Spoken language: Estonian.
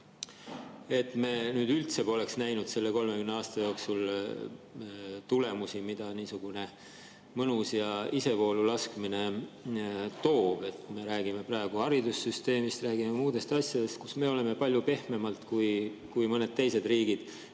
et me nüüd üldse pole näinud selle 30 aasta jooksul tulemusi, mida niisugune mõnus ja isevoolu [kulgeda] laskmine toob. Me räägime praegu haridussüsteemist, räägime muudest asjadest, kus me oleme palju pehmemalt kui mõned teised riigid